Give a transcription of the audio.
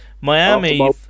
Miami